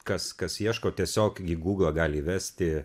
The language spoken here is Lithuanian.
kas kas ieško tiesiog į gūglą gali įvesti